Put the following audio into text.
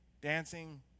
Dancing